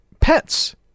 pets